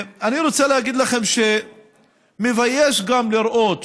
אני רוצה להגיד לכם שמבייש גם לראות